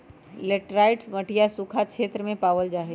laterite मटिया सूखा क्षेत्र में पावल जाहई